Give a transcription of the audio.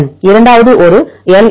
என் இரண்டாவது ஒரு எல்